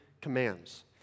commands